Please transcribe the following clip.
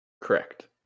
Correct